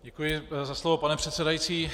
Děkuji za slovo, pane předsedající.